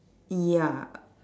ya